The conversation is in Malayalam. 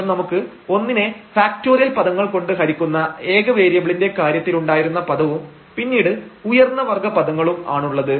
ശേഷം നമുക്ക് 1 നെ ഫാക്ടോറിയൽ പദങ്ങൾകൊണ്ട് ഹരിക്കുന്ന ഏക വേരിയബിളിന്റെ കാര്യത്തിലുണ്ടായിരുന്ന പദവും പിന്നീട് ഉയർന്ന വർഗ്ഗ പദങ്ങളും ആണുള്ളത്